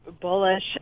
bullish